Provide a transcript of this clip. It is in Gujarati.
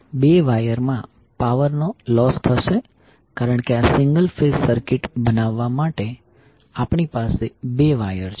બે વાયર માં પાવર નો લોસ થશે કારણ કે આ સિંગલ ફેઝ સર્કિટ બનાવવા માટે આપણી પાસે 2 વાયર છે